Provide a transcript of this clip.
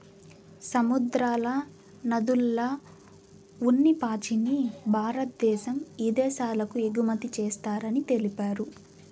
సముద్రాల, నదుల్ల ఉన్ని పాచిని భారద్దేశం ఇదేశాలకు ఎగుమతి చేస్తారని తెలిపారు